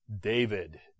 David